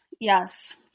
Yes